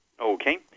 Okay